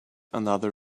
another